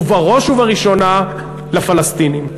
ובראש ובראשונה לפלסטינים.